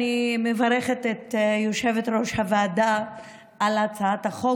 אני מברכת את יושבת-ראש הוועדה על הצעת החוק.